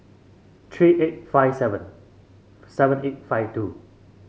three eight five seven seven eight five two